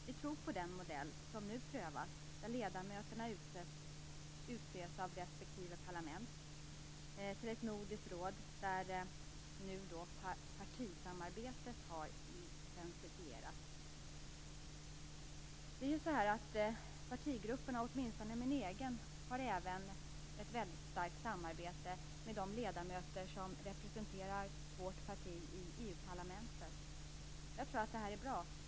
Vi tror på den modell som nu prövas där ledamöterna utses av respektive parlament till ett nordiskt råd där partisamarbetet har intensifierats. Åtminstone min egen partigrupp har ett starkt samarbete med de ledamöter som representerar vårt parti i EU-parlamentet. Jag tror att det är bra.